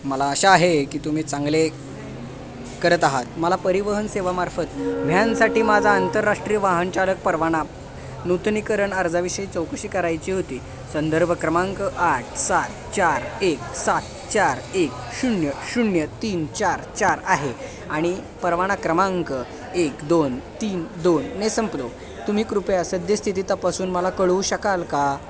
मला आशा आहे की तुम्ही चांगले करत आहात मला परिवहन सेवामार्फत व्हॅनसाठी माझा आंतरराष्ट्रीय वाहनचालक परवाना नूतनीकरण अर्जाविषयी चौकशी करायची होती संदर्भ क्रमांक आठ सात चार एक सात चार एक शून्य शून्य तीन चार चार आहे आणि परवाना क्रमांक एक दोन तीन दोनने संपलो तुम्ही कृपया सद्यस्थिती तपासून मला कळवू शकाल का